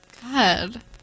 God